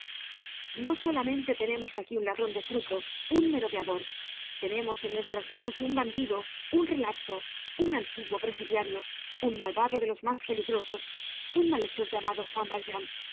no solamente tenemos aquí un ladron de frutos un merodeador tenemos en nuestras manos un bandido un relapso un antiguo presidiario un malvado de los mas peligrosos un malhechor llamado juan valjean